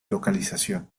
localización